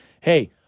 Hey